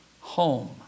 home